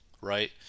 right